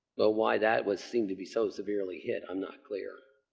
but why that was seemed to be so severely hit i'm not clear.